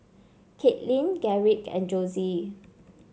Kaitlin Garrick and Josie